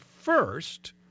first